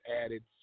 added